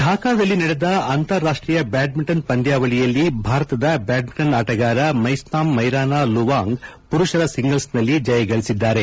ಢಾಕಾದಲ್ಲಿ ನಡೆದ ಅಂತಾರಾಷ್ವೀಯ ಬ್ಯಾಡ್ಮಿಂಟನ್ ಪಂದ್ಯಾವಳಿಯಲ್ಲಿ ಭಾರತದ ಬ್ಯಾಡ್ಮಿಂಟನ್ ಆಟಗಾರ ಮೈಸ್ನಾಮ್ ಮ್ರಾಬಾ ಲುವಾಂಗ್ ಪುರುಷರ ಸಿಂಗಲ್ಸ್ನಲ್ಲಿ ಜಯಗಳಿಸಿದ್ದಾರೆ